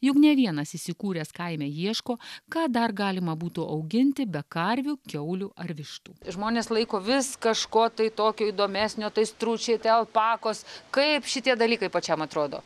juk ne vienas įsikūręs kaime ieško ką dar galima būtų auginti be karvių kiaulių ar vištų žmonės laiko vis kažko tai tokio įdomesnio tai stručiai tai alpakos kaip šitie dalykai pačiam atrodo